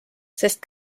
sest